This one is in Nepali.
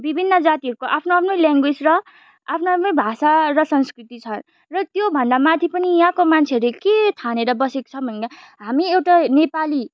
विभिन्न जातिहरूको आफ्नो आफ्नो ल्याङ्ग्वेज र आफ्नो आफ्नो नै भाषा र संस्कृति छन् र त्योभन्दा माथि पनि यहाँको मान्छेहरूले के ठानेर बसेको छ भन्दा हामी एउटा नेपाली